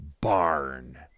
barn